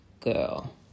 girl